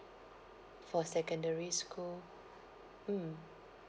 for secondary school mm